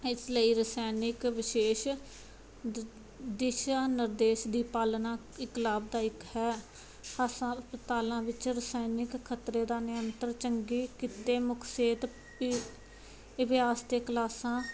ਇਸ ਲਈ ਰਸਾਇਣਿਕ ਵਿਸ਼ੇਸ਼ ਦਿ ਦਿਸ਼ਾ ਨਿਰਦੇਸ਼ ਦੀ ਪਾਲਣਾ ਇੱਕ ਲਾਭਦਾਇਕ ਹੈ ਹਸਪਤਾਲਾਂ ਵਿੱਚ ਰਸਾਇਣਿਕ ਖ਼ਤਰੇ ਦਾ ਨਿਅੰਤਰ ਚੰਗੇ ਕਿੱਤੇ ਮੁੱਖ ਸਿਹਤ ਅਤੇ ਅਭਿਆਸ ਅਤੇ ਕਲਾਸਾਂ